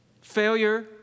Failure